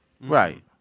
Right